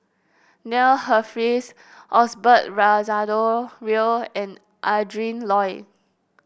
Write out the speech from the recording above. Neil Humphreys Osbert Rozario Real and Adrin Loi